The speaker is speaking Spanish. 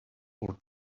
por